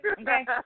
Okay